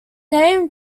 name